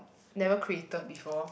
never created before